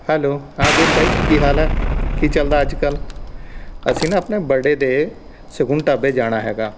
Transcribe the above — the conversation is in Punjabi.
ਹੈਲੋ ਹਾਂ ਵੀਰ ਭਾਈ ਕੀ ਹਾਲ ਆ ਕੀ ਚੱਲਦਾ ਅੱਜ ਕੱਲ੍ਹ ਅਸੀਂ ਨਾ ਆਪਣੇ ਬਰਡੇ 'ਤੇ ਸੁਖਮ ਢਾਬੇ ਜਾਣਾ ਹੈਗਾ